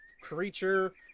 creature